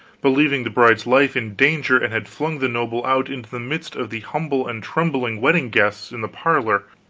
believing the bride's life in danger, and had flung the noble out into the midst of the humble and trembling wedding guests, in the parlor,